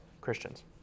Christians